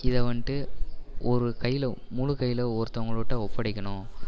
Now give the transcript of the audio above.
இதை வந்துட்டு ஒரு கையில் முழு கையில் ஒருத்தவங்கள்கிட்ட ஒப்படைக்கணும்